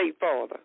father